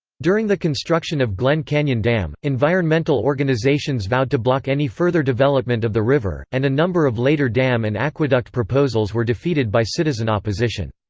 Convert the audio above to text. during the construction of glen canyon dam, environmental organizations vowed to block any further development of the river, and a number of later dam and aqueduct proposals were defeated by citizen opposition.